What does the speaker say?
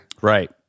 Right